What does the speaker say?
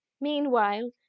meanwhile